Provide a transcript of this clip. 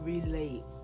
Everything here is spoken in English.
Relate